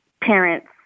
parents